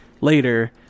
later